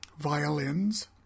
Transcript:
Violins